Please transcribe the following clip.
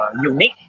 unique